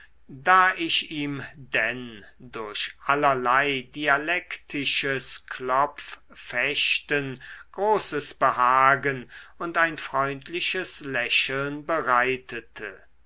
da ich ihm denn durch allerlei dialektisches klopffechten großes behagen und ein freundliches lächeln bereitete